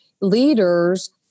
leaders